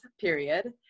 Period